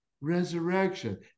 resurrection